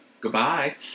goodbye